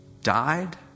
Died